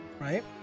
Right